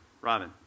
Robin